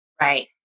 Right